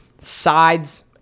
sides